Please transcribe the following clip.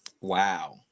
Wow